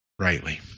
rightly